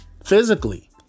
Physically